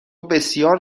بسیار